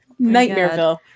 Nightmareville